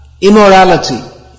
immorality